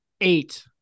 Eight